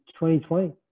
2020